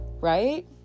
right